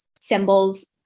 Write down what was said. symbols